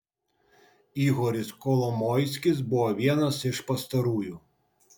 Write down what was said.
ihoris kolomoiskis buvo vienas iš pastarųjų